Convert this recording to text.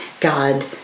God